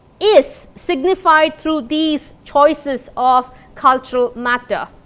is signified through these choices of cultural matter,